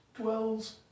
dwells